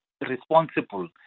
responsible